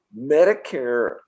Medicare